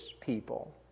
people